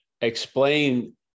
explain